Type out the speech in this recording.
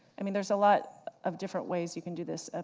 i mean there's a lot of different ways you can do this,